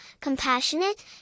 compassionate